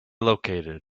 located